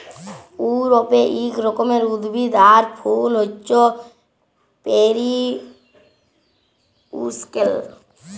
ইউরপে এক রকমের উদ্ভিদ আর ফুল হচ্যে পেরিউইঙ্কেল